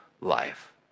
life